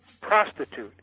prostitute